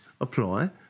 apply